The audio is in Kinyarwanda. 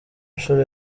nshuro